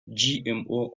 gmo